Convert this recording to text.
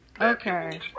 Okay